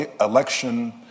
election